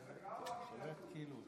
זה שכנוע,